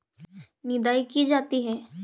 निदाई की जाती है?